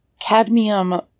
Cadmium